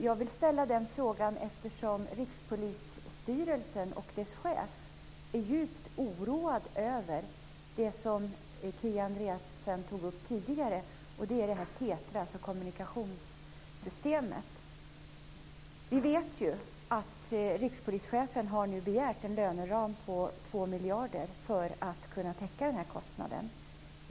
Jag ställer den frågan, eftersom Rikspolisstyrelsen och dess chef är djupt oroade över det som Kia Andreasson tog upp tidigare, dvs. kommunikationssystemet TETRA. Vi vet att Rikspolischefen har begärt en löneram på 2 miljarder kronor för att täcka den kostnaden.